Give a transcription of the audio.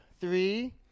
Three